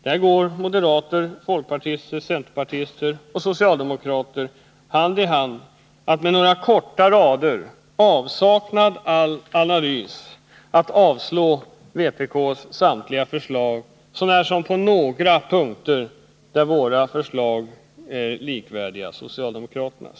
Där går moderater, folkpartister, centerpartister och socialdemokrater hand i hand att med några korta rader, i avsaknad av all analys, avstyrka vpk:s samtliga förslag, så när som på några punkter där våra och socialdemokraternas förslag är likvärdiga.